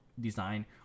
design